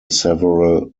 several